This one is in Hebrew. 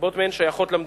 רבות מהן שייכות למדינה.